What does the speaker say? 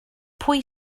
pwy